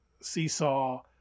seesaw